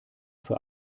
für